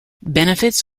benefits